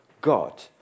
God